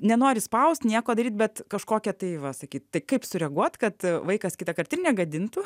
nenori spaust nieko daryt bet kažkokia tai va sakyt tai kaip sureaguot kad vaikas kitąkart ir negadintų